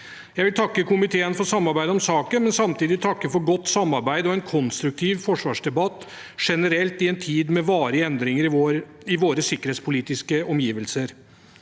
Jeg vil takke komiteen for samarbeidet om saken og samtidig takke for godt samarbeid og en konstruktiv forsvarsdebatt generelt i en tid med varige endringer i våre sikkerhetspolitiske omgivelser.